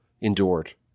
endured